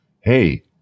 hey